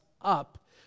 up